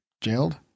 jailed